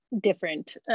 different